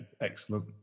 Excellent